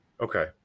Okay